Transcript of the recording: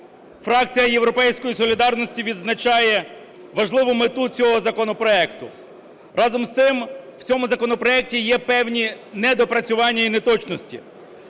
Фракція "Європейської солідарності" відзначає важливу мету цього законопроекту. Разом з тим, в цьому законопроекті є певні недопрацювання і неточності.